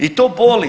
I to boli.